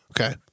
Okay